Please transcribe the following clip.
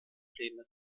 pläne